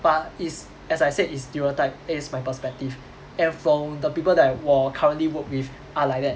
but it's as I said it's stereotype it is my perspective and from the people that 我 currently work with are like that